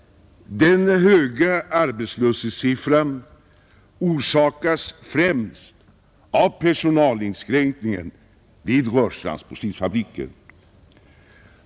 Den höga arbetslöshetssiffran orsakas främst av personalinskränkningen vid Rörstrands porslinsfabriker.